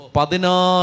Padina